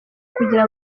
kugira